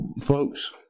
folks